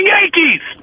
Yankees